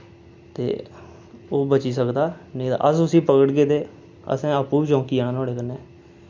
ते ओह् बची सकदा निं तां अस उस्सी पकड़गे ते असें आपूं बी चमकी जाना नुआढ़े कन्नै